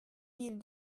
mille